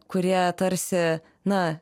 kurie tarsi na